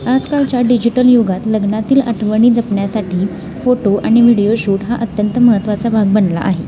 आजकालच्या डिजिटल युगात लग्नातील आठवणी जपण्यासाठी फोटो आणि व्हिडिओ शूट हा अत्यंत महत्त्वाचा भाग बनला आहे